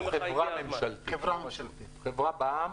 אנחנו חברה ממשלתית בע"מ.